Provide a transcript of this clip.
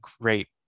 great